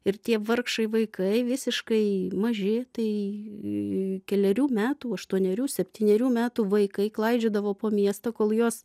ir tie vargšai vaikai visiškai maži tai kelerių metų aštuonerių septynerių metų vaikai klaidžiodavo po miestą kol juos